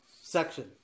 section